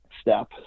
step